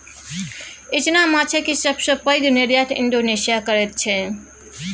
इचना माछक सबसे पैघ निर्यात इंडोनेशिया करैत छै